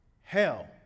Hell